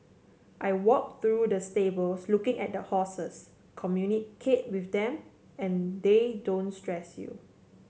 I walk through the stables looking at the horses communicate with them and they don't stress you